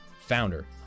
founder